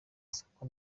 soko